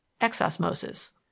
Exosmosis